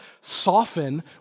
soften